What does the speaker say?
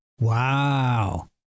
Wow